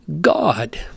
God